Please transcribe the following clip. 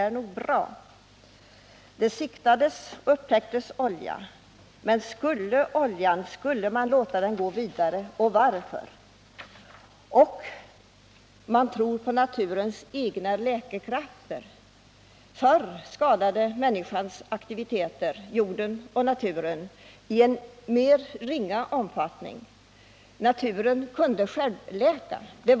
Olja hade alltså upptäckts. Varför skulle man i detta fall låta den gå vidare? Det framhålls i svaret att man förlitar sig på naturens egna läkande krafter. Förr skadade människans aktiviteter jorden och naturen i mer ringa omfattning, och då kunde självläkning ske.